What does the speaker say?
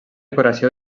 decoració